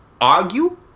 argue